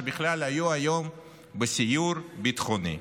שבכלל היו היום בסיור ביטחוני.